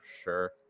sure